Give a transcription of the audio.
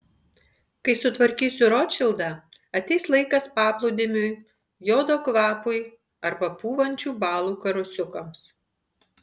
kai sutvarkysiu rotšildą ateis laikas paplūdimiui jodo kvapui arba pūvančių balų karosiukams